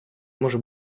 може